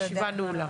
הישיבה נעולה.